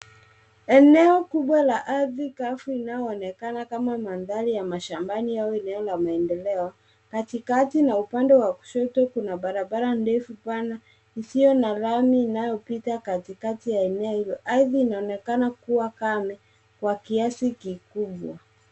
Eneo kubwa la ardhi kavu inayoonekana kama mandhari ya mashambani au eneo la maendeleo, katikati na upande wa kushoto kuna barabara ndefu pana isiyo na lami inayopita katikati ya eneo hilo. Ardhi inaonekana kuwa kame kwa kiasi kikubwa.